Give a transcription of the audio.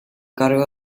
cargo